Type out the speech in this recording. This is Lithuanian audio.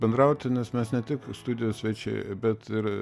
bendrauti nes mes ne tik studijos svečiai bet ir